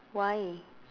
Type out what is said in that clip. why